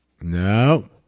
No